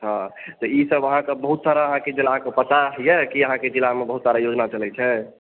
हँ तऽ ईसभ अहाँके बहुत सारा जेनाकि अहाँके पता यऽ की अहाँके जिलामे बहुत सारा योजना चलै छै